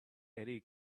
eddy